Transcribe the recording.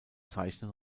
zeichnen